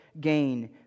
gain